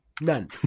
none